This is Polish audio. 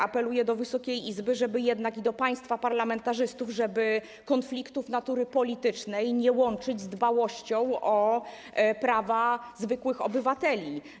Apeluję do Wysokiej Izby, do państwa parlamentarzystów, żeby konfliktów natury politycznej nie łączyć z dbałością o prawa zwykłych obywateli.